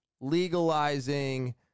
legalizing